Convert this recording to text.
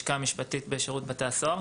מהלשכה המשפטית משירות בתי הסוהר.